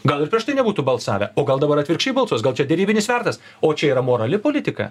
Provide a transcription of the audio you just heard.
gal ir prieš tai nebūtų balsavę o gal dabar atvirkščiai balsuos gal čia derybinis svertas o čia yra morali politika